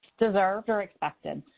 deserved or expected.